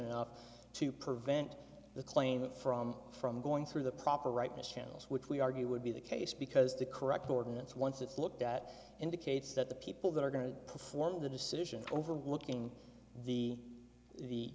enough to prevent the claimant from from going through the proper rightness channels which we argue would be the case because the correct ordinance once it's looked at indicates that the people that are going to perform the decision overworking the the